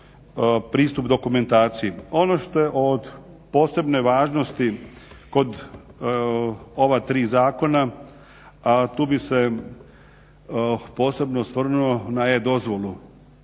pristup dokumentaciji. Ono što je od posebne važnosti kod ova tri zakona tu bi se posebno osvrnuo na E-dozvolu